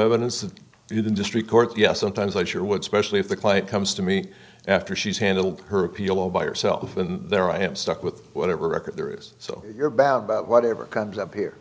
evidence of the district court yes sometimes i sure would specially if the client comes to me after she's handled her appeal oh by yourself and there i am stuck with whatever record there is so you're bound by whatever comes up here